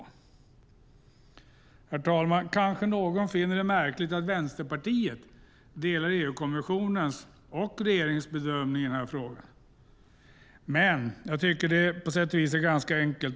Herr talman! Kanske någon finner det märkligt att Vänsterpartiet delar EU-kommissionens - och regeringens - bedömning i frågan. Men jag tycker att det på sätt och vis är ganska enkelt.